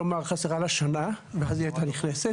כלומר, חסרה לה שנה ואז היא הייתה נכנסת.